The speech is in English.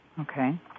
Okay